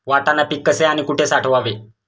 वाटाणा पीक कसे आणि कुठे साठवावे?